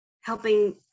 helping